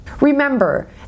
Remember